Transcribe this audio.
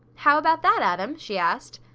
how about that, adam? she asked.